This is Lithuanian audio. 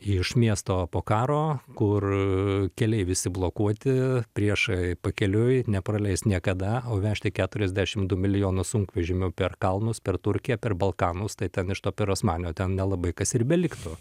iš miesto po karo kur keliai visi blokuoti priešai pakeliui nepraleis niekada o vežti keturiasdešim du milijonus sunkvežimiu per kalnus per turkiją per balkanus tai ten iš to pirosmanio ten nelabai kas ir beliktų